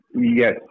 Yes